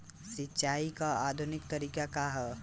सिंचाई क आधुनिक तरीका का ह?